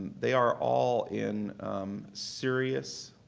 they are all in serious,